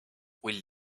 will